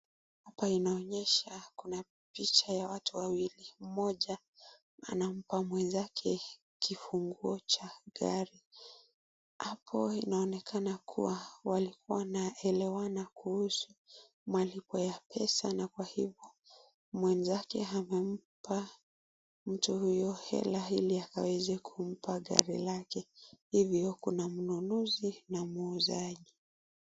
Hapa inaonyesha kuna picha ya watu wawili, mmoja anampa mwenzake kifunguo cha gari, hapo inaonekana kuwa walikuwa wanaelewana kuhusu malipo ya pesa na kwa hivo mwenzake amempa mtu huyu hela ili akaweze kumpa gari lake, hivyo kuna mnunuzi na muuzaji.